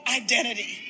identity